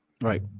Right